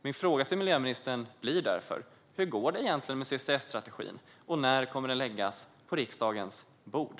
Min fråga till miljöministern blir därför: Hur går det egentligen med CCS-strategin, och när kommer den att läggas på riksdagens bord?